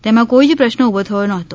તેમા કોઇ જ પ્રશ્ન ઉભો થયો નહોતો